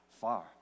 far